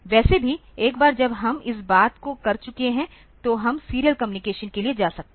वैसे भी एक बार जब हम इस बात को कर चुके हैं तो हम सीरियल कम्युनिकेशन के लिए जा सकते हैं